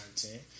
content